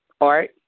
art